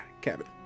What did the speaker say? cabin